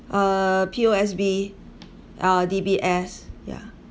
uh P_O_S_B uh D_B_S yeah